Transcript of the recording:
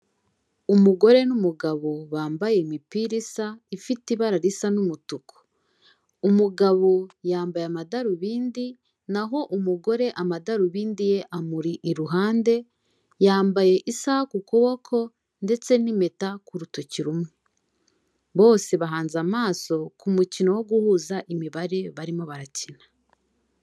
Umugore n'umugabo bambaye imipira isa ifite ibara risa n'umutuku, umugabo yambaye amadarubindi naho umugore amadarubindi ye amuri iruhande, yambaye isaha ku kuboko ndetse n'impeta ku rutoki rumwe, bose bahanze amaso ku mukino wo guhuza imibare barimo barakina.